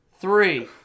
three